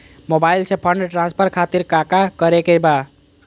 Mobile से fund transfer खातिर काका करे के बा?